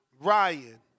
Ryan